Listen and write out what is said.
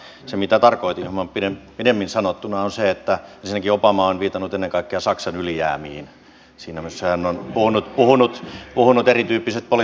mutta se mitä tarkoitin on hieman pidemmin sanottuna se että ensinnäkin obama on viitannut ennen kaikkea saksan ylijäämiin siinä missä hän on puhunut erityyppisestä politiikasta